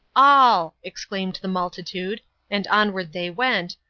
all, exclaimed the multitude and onward they went,